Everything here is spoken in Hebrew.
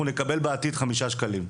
אנחנו נקבל בעתיד חמישה שקלים.